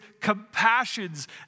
compassions